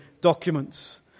documents